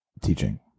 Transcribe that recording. teaching